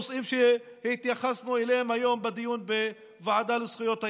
נושאים שהתייחסנו אליהם היום בדיון בוועדה לזכויות הילד.